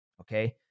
okay